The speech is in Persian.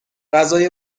غذای